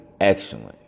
excellent